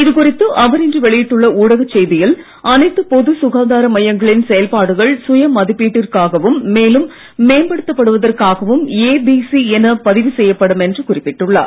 இதுகுறித்து அவர் இன்று வெளியிட்டுள்ள ஊடகச் செய்தியில் அனைத்து பொது சுகாதார மையங்களின் செயல்பாடுகள் சுய மதிப்பீட்டுக்காகவும் மேலும் மேம்படுத்தப் படுவதற்காகவும் ஏ பி சி என பதிவு செய்யப்படும் என்று குறிப்பிட்டுள்ளார்